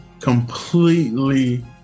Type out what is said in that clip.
Completely